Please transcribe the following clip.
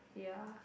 ya